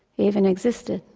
even existed.